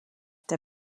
der